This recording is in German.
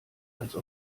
als